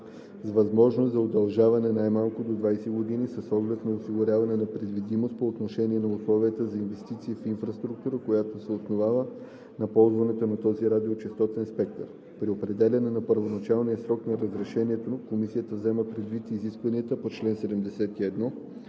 с възможност за удължаване най-малко до 20 години с оглед на осигуряване на предвидимост по отношение на условията за инвестиции в инфраструктура, която се основава на използването на този радиочестотен спектър. При определяне на първоначалния срок на разрешението комисията взема предвид изискванията по чл. 71,